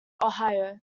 ohio